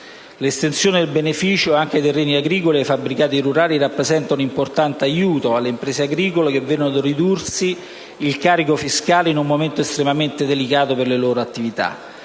L'estensione del beneficio anche ai terreni agricoli e ai fabbricati rurali rappresenta un importante aiuto alle imprese agricole, che vedono ridursi il carico fiscale in un momento estremamente delicato per le loro attività.